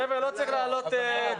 חבר'ה, לא צריך לעלות טונים.